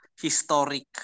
historic